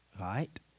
Right